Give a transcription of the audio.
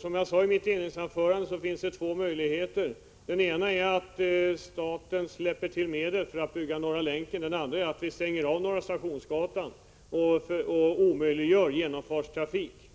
Som jag sade i mitt inledningsanförande, finns det två möjligheter. Den ena är att staten släpper till medel för att bygga Norra Länken. Den andra är att vi stänger av Norra Stationsgatan och omöjliggör genomfartstrafik.